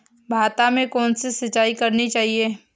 भाता में कौन सी सिंचाई करनी चाहिये?